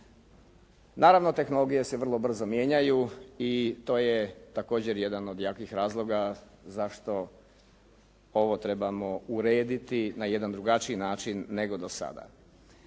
Naravno tehnologije se vrlo brzo mijenjaju i to je također jedan od jakih razloga zašto ovo trebamo urediti na jedan drugačiji način nego do sada.